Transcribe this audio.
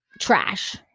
trash